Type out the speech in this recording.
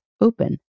open